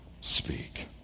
speak